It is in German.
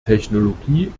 technologie